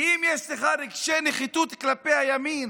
כי אם יש לך רגשי נחיתות כלפי הימין,